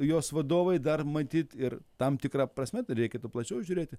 jos vadovai dar matyt ir tam tikra prasme reikėtų plačiau žiūrėti